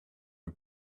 are